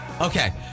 Okay